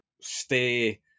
stay